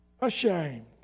ashamed